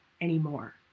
anymore